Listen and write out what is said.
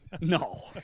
No